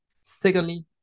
Secondly